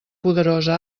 poderosa